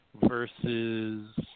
versus –